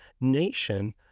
nation